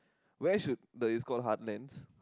where should the it's called heartlands